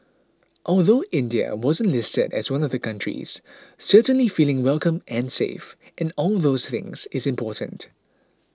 although India wasn't listed as one of the countries certainly feeling welcome and safe and all those things is important